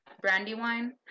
Brandywine